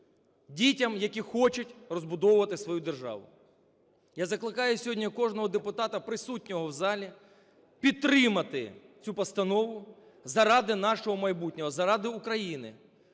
дітям, які хочуть розбудовувати свою державу. Я закликаю сьогодні кожного депутата, присутнього в залі, підтримати цю постанову заради нашого майбутнього, заради України.